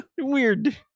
Weird